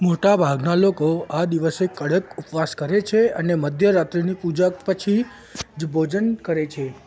મોટાભાગનાં લોકો આ દિવસે કડક ઉપવાસ કરે છે અને મધ્યરાત્રિની પૂજા પછી જ ભોજન કરે છે